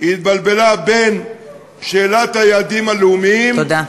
היא התבלבלה בין שאלת היעדים הלאומיים, תודה.